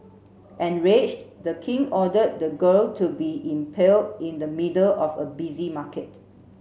enraged the king ordered the girl to be impaled in the middle of a busy market